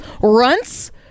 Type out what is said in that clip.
runts